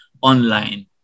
online